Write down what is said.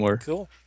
Cool